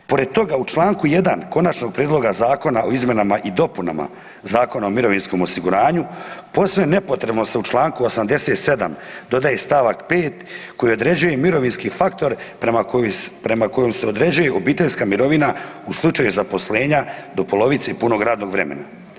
Pored toga, u čl. 1. Konačnog prijedloga zakona o izmjena i dopunama Zakona o mirovinskom osiguranju posve nepotrebno se u Članku 87. dodaje stavak 5. koji određuje mirovinski faktor prema kojem se određuje obiteljska mirovina u slučaju zaposlenja do polovice punog radnog vremena.